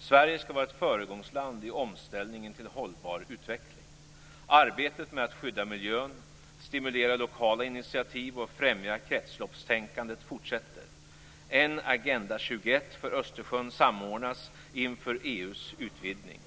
Sverige skall vara ett föregångsland i omställningen till hållbar utveckling. Arbetet med att skydda miljön, stimulera lokala initiativ och främja kretsloppstänkandet fortsätter. En agenda 21 för Östersjön samordnas inför EU:s utvidgning.